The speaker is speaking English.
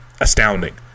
astounding